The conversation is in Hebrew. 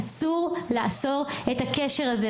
אסור לעצור את הקשר הזה.